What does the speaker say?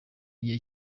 gihe